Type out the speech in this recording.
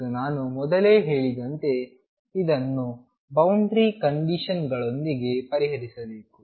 ಮತ್ತು ನಾನು ಮೊದಲೇ ಹೇಳಿದಂತೆ ಇದನ್ನು ಬೌಂಡರಿ ಕಂಡೀಶನ್ಗಳೊಂದಿಗೆ ಪರಿಹರಿಸಬೇಕು